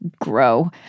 Grow